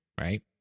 right